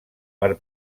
per